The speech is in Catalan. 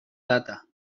data